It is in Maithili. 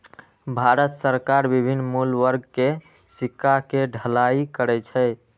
भारत सरकार विभिन्न मूल्य वर्ग के सिक्का के ढलाइ करै छै